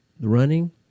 Running